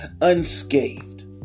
unscathed